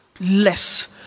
less